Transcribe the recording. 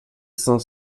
cinq